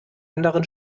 anderen